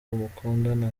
mukundana